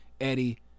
Eddie